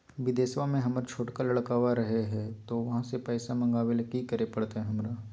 बिदेशवा में हमर छोटका लडकवा रहे हय तो वहाँ से पैसा मगाबे ले कि करे परते हमरा?